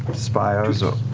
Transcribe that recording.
spires? ah